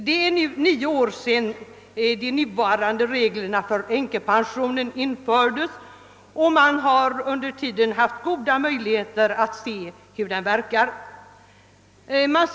Det är nu nio år sedan de nuvarande reglerna för änkepension infördes, och man har under tiden haft goda möjligheter att konstatera hur de verkar.